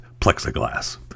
plexiglass